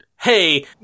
Hey